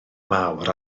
mawr